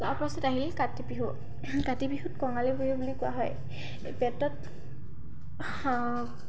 তাৰপাছত আহিল কাতি বিহু কাতি বিহুত কঙালী বিহু বুলি কোৱা হয় পেটত